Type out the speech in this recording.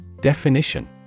Definition